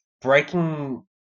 breaking